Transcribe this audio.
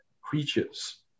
creatures